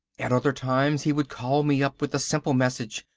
at other times he would call me up with the simple message,